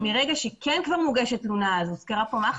מרגע שכן מוגשת תלונה הוזכרה כאן קודם